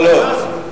לא, לא.